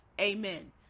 amen